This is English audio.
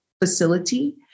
facility